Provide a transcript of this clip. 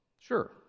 Sure